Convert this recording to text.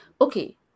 Okay